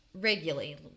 regularly